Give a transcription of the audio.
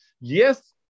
Yes